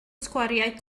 sgwariau